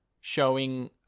showing